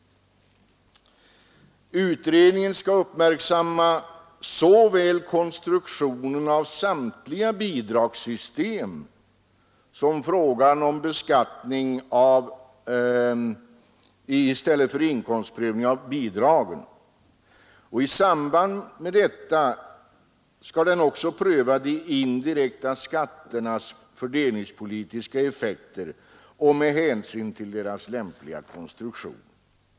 Utredningen skall uppmärksamma såväl konstruktionen av samtliga bidragssystem som frågan om beskattning i stället för inkomstprövning av bidragen. I samband med detta skall den även pröva de indirekta skatternas fördelningspolitiska effekter och lämpliga konstruktion.